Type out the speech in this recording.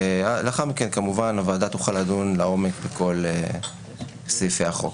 ולאחר מכן כמובן הוועדה תוכל לדון לעומק בכל סעיפי החוק.